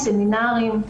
סמינרים,